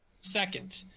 second